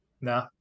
No